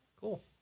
cool